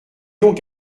donc